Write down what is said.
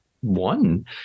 one